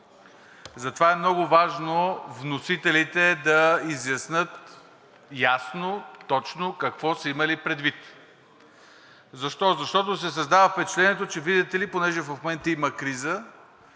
Затова е много важно вносителите да изяснят ясно, точно какво са имали предвид. Защо? Защото се създава впечатлението, че, видите ли, понеже в момента има криза